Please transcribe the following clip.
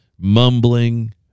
mumbling